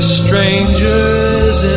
strangers